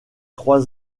trois